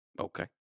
Okay